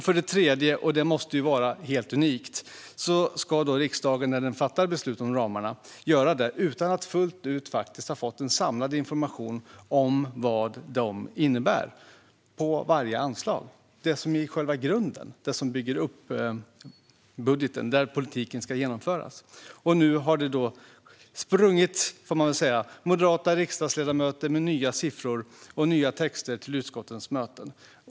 För det tredje - och detta måste vara helt unikt - ska riksdagen fatta beslut om ramarna utan att fullt ut ha fått samlad information om vad de innebär för varje anslag. Men det är det som är själva grunden som bygger upp budgeten. Det är där politiken ska genomföras. Nu har det sprungit moderata riksdagsledamöter med nya siffror och nya texter till utskottens möten.